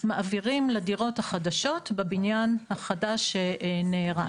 מעבירים לדירות החדשות בבניין החדש שנהרס.